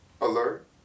alert